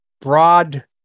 broad